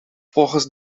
volgens